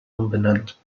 umbenannt